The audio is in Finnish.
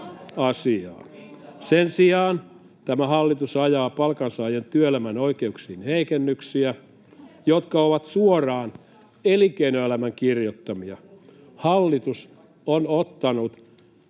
Sen sijaan tämä hallitus ajaa palkansaajan työelämän oikeuksien heikennyksiä, jotka ovat suoraan elinkeinoelämän kirjoittamia. Hallitus on ottanut